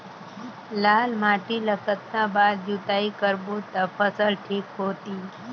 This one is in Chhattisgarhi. लाल माटी ला कतना बार जुताई करबो ता फसल ठीक होती?